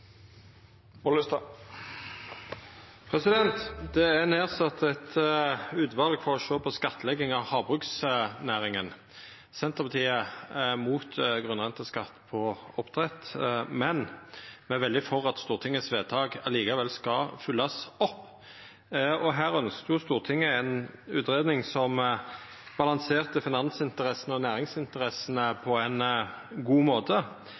Det er sett ned eit utval som skal sjå på skattlegging av havbruksnæringa. Senterpartiet er imot grunnrenteskatt på oppdrett, men me er veldig for at Stortingets vedtak likevel skal følgjast opp. Her ønskte jo Stortinget ei utgreiing som balanserte finansinteressene og næringsinteressene på ein god måte.